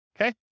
Okay